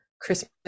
Christmas